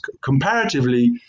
comparatively